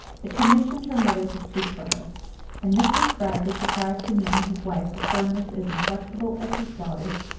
had commissioned her mother to speak for her and mr. spragg was surprised to meet in his wife a firmness as inflexible as his daughter's.